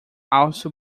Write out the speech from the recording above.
also